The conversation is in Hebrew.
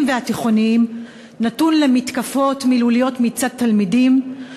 והתיכוניים נתון למתקפות מילוליות מצד תלמידים.